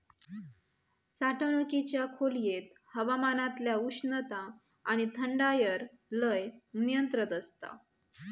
साठवणुकीच्या खोलयेत हवामानातल्या उष्णता आणि थंडायर लय नियंत्रण आसता